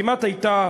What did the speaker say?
כמעט הייתה,